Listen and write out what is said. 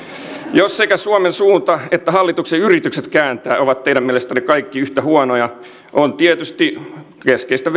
jos sekä suomen suunta että hallituksen yritykset kääntää se ovat teidän mielestänne kaikki yhtä huonoja on tietysti keskeistä